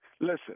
Listen